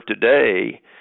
today